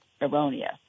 erroneous